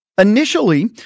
Initially